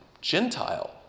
Gentile